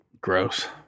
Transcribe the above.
gross